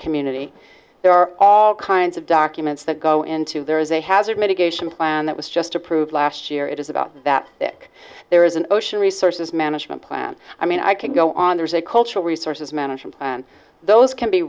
community there are all kinds of documents that go into there is a hazard mitigation plan that was just approved last year it is about that that there is an ocean resources management plan i mean i could go on there's a cultural resources management and those can be